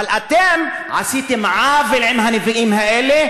אבל אתם עשיתם עוול עם הנביאים האלה,